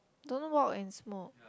don't walk and smoke